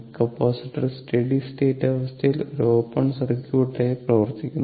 ഈ capacitor steady state അവസ്ഥയിൽ ഒരു ഓപ്പൺ സർക്യൂട്ട് ആയി പ്രവർത്തിക്കുന്നു